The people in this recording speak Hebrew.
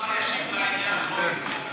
השר ישיב לעניין, לא יתקוף